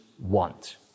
want